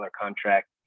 contract